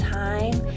time